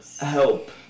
help